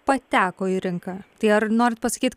pateko į rinką tai ar norit pasakyt